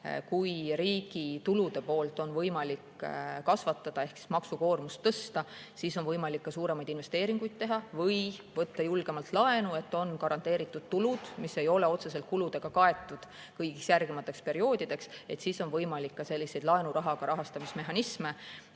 riigi tulude poolt kasvatada ehk maksukoormust tõsta, siis on võimalik ka suuremaid investeeringuid teha või võtta julgemalt laenu. Kui on garanteeritud tulud, mis ei ole otseselt kuludega kaetud kõigiks järgnevateks perioodideks, siis on võimalik ka selliseid laenuga rahastamise mehhanisme